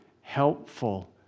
helpful